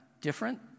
different